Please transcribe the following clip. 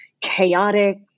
chaotic